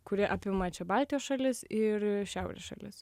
kuri apima čia baltijos šalis ir šiaurės šalis